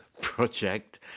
project